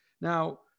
Now